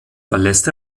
verlässt